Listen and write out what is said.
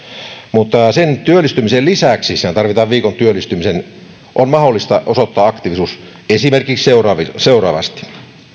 tapahtunut sen työllistymisen lisäksi siinä tarvitaan viikon työllistyminen on mahdollista osoittaa aktiivisuus esimerkiksi seuraavasti